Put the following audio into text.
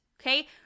Okay